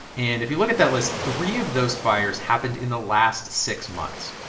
and if you look at that list, three of those fires happened in the last six months.